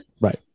Right